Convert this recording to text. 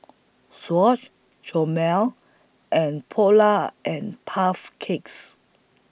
Swatch Hormel and Polar and Puff Cakes